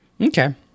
Okay